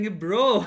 bro